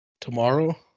tomorrow